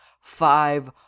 five